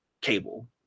cable